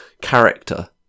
character